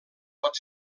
pot